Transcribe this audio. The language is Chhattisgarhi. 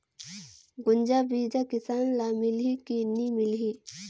गुनजा बिजा किसान ल मिलही की नी मिलही?